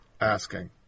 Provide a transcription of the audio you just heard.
asking